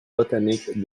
botanique